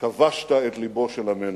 כבשת את לבו של עמנו.